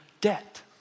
debt